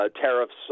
tariffs